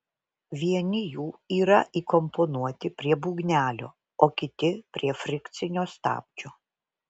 vieni jų yra įkomponuoti prie būgnelio o kiti prie frikcinio stabdžio